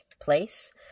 place